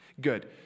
Good